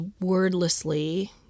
wordlessly